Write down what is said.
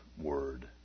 word